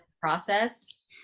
process